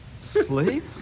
Sleep